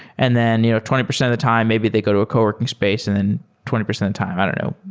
and then you know twenty percent of the time maybe they go to a co-working space and then twenty percent of the time i don't know,